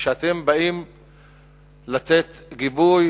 כשאתם באים לתת גיבוי